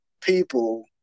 people